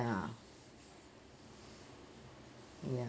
ya ya